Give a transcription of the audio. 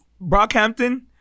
Brockhampton